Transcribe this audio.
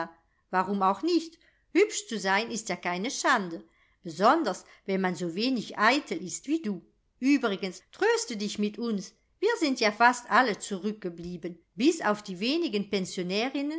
warum auch nicht hübsch zu sein ist ja keine schande besonders wenn man so wenig eitel ist wie du uebrigens tröste dich mit uns wir sind ja fast alle zurückgeblieben bis auf die wenigen